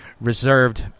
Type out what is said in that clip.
reserved